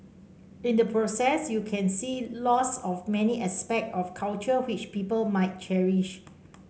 in the process you can see loss of many aspect of culture which people might cherish